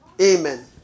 Amen